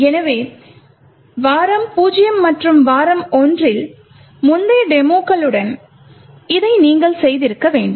எனவே வாரம் 0 மற்றும் வாரம் 1 ரில் முந்தைய டெமோக்களுடன் இதை நீங்கள் செய்திருக்க வேண்டும்